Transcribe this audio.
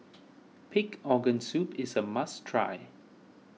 Pig Organ Soup is a must try